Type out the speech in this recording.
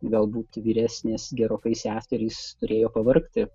galbūt vyresnės gerokai seserys turėjo pavargti